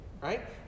right